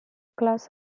class